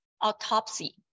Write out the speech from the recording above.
autopsy